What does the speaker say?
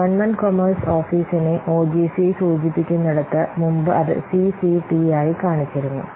government commerce ഓഫീസിനെ OGC സൂചിപ്പിക്കുന്നിടത്ത് മുമ്പ് അത് സിസിടി യായി കാണിച്ചിരുന്നു